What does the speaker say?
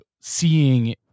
seeing